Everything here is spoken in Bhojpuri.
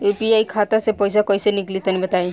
यू.पी.आई खाता से पइसा कइसे निकली तनि बताई?